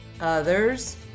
others